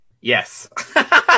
Yes